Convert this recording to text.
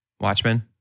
Watchmen